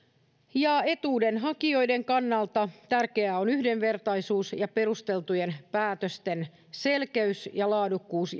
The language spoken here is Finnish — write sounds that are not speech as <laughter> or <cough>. sitä että etuuden hakijoiden kannalta tärkeää on yhdenvertaisuus ja perusteltujen päätösten selkeys ja laadukkuus <unintelligible>